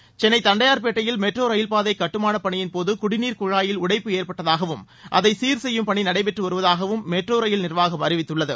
பிறபி சென்னை தண்டையார்பேட்டையில் மெட்ரோ ரயில்பாதை கட்டுமானப் பணியின்போது குடிநீர் குழாயில் உடைப்பு ஏற்பட்டதாகவும் அதை சீர் செய்யும் பணி நடைபெறுவதாகவும் மெட்ரோ ரயில் நிர்வாகம் அறிவித்துள்ளது